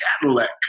Cadillac